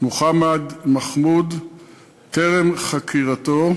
מוחמד מחמוד טרם חקירתו,